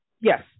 Yes